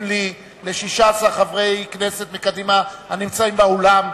לי ל-16 חברי כנסת מקדימה הנמצאים באולם,